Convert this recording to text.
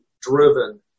driven